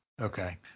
Okay